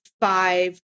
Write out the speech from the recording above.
five